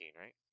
right